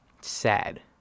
sad